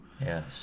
Yes